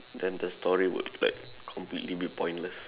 then the story would like completely be pointless